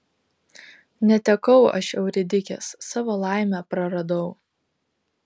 netekau aš euridikės savo laimę praradau